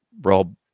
Rob